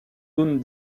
zones